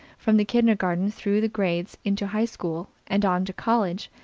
from the kindergarten, through the grades into high school, and on to college,